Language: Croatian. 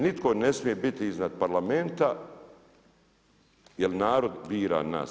Nitko ne smije biti iznad Parlamenta, jer narod bira nas.